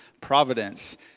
Providence